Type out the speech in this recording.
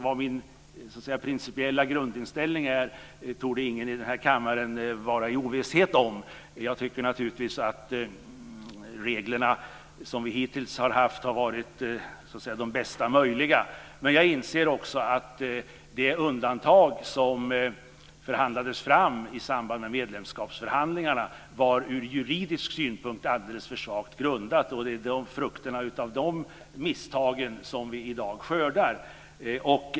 Vad min principiella grundinställning är torde ingen här i kammaren vara i ovisshet om. Jag tycker naturligtvis att reglerna som vi hittills har haft har varit de bästa möjliga. Men jag inser också att det undantag som förhandlades fram i samband med medlemskapsförhandlingarna ur juridisk synpunkt var alldeles för svagt grundat. Det är frukterna av de misstagen som vi i dag skördar.